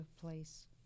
place